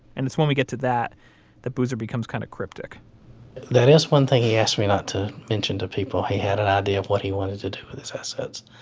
and it's when we get to that that boozer becomes kind of cryptic that is one thing he asked me not to mention to people. he had an idea of what he wanted to do with his assets.